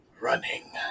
running